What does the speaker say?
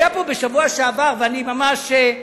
בשבוע שעבר היתה פה,